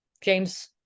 James